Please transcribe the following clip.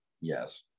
Yes